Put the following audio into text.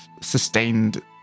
sustained